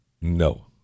No